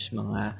mga